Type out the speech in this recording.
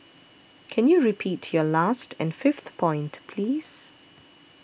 can you repeat your last and fifth point please